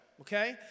okay